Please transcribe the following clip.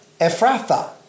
Ephrathah